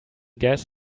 gas